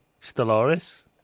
stellaris